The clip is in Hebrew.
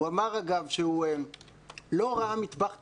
הוא אמר, אגב, שהוא לא ראה מטבח טיפולי.